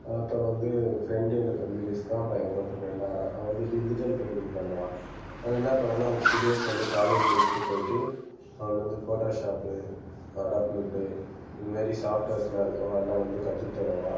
அப்புறம் வந்து என் ஃப்ரெண்ட் எனக்கு வந்து விஸ்காம் பையன் வந்து ஒருத்தன் ஃப்ரெண்ட் ஆனான் அவன் வந்து டிஜிட்டல் பெயிண்டிங் பண்ணுவான் அதை என்ன பண்ணேனா ஸ்டுடியோவுக்கு வந்து காலேஜ் முடித்திட்டு போய்விட்டு அங்கே வந்து ஃபோட்டோஷாப் அடோப் நெட்டு இது மாதிரி சாஃப்ட்வேர்ஸெலாம் இருக்கும் அதெலாம் வந்து கற்று தருவான்